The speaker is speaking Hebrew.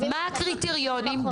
מה הקריטריונים?